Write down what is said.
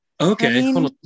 Okay